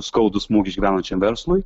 skaudų smūgį išgyvenančiam verslui